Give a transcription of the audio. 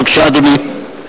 בבקשה, אדוני.